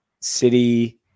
City